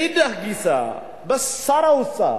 מאידך גיסא, שר האוצר